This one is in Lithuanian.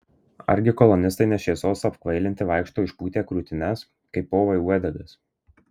argi kolonistai ne šviesos apkvailinti vaikšto išpūtę krūtines kaip povai uodegas